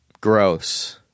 Gross